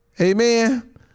Amen